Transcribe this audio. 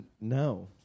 No